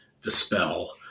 dispel